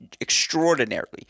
extraordinarily